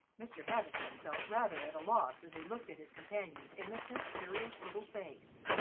mr. havisham felt rather at a loss as he looked at his companion's innocent, serious little face.